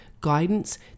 guidance